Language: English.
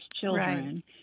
children